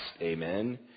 Amen